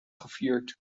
gevierd